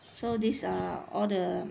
so these are all the